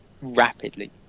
rapidly